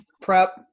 prep